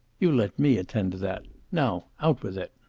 you let me attend to that. now, out with it!